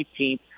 18th